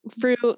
fruit